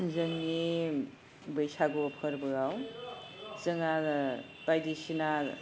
जोंनि बैसागु फोरबोआव जोङा बायदिसिना